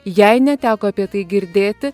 jei neteko apie tai girdėti